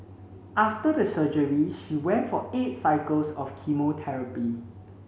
after the surgery she went for eight cycles of chemotherapy